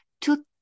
two